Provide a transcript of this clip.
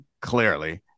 Clearly